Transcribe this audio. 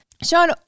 Sean